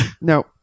No